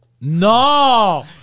No